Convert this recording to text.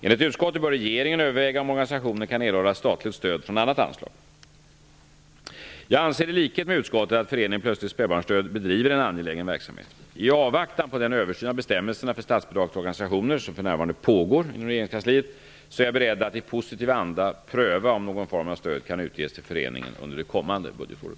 Enligt utskottet bör regeringen överväga om organisationen kan erhålla statligt stöd från annat anslag. Jag anser i likhet med utskottet att Föreningen Plötslig spädbarnsdöd bedriver en angelägen verksamhet. I avvaktan på den översyn av bestämmelserna för statsbidrag till organisationer som för närvarande pågår inom regeringskansliet är jag beredd att i positiv anda pröva om någon form av stöd kan utges till föreningen under det kommande budgetåret.